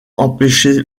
empêcher